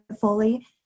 fully